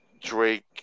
Drake